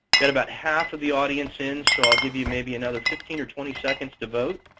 got about half of the audience in, so i'll give you maybe another fifteen or twenty seconds to vote.